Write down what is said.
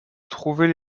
trouvaient